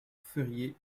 feriez